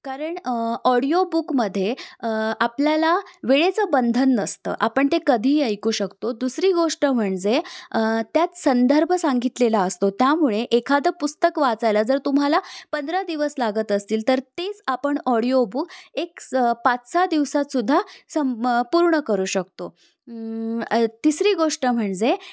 कारण ऑडिओबुकमध्ये आपल्याला वेळेचं बंधन नसतं आपण ते कधीही ऐकू शकतो दुसरी गोष्ट म्हणजे त्यात संदर्भ सांगितलेला असतो त्यामुळे एखादं पुस्तक वाचायला जर तुम्हाला पंधरा दिवस लागत असतील तर तेच आपण ऑडिओबुक एक स पाच सहा दिवसातसुद्धा सं पूर्ण करू शकतो तिसरी गोष्ट म्हणजे